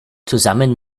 zusammen